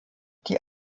die